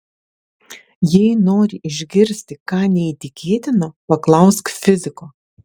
jei nori išgirsti ką neįtikėtino paklausk fiziko